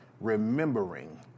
Remembering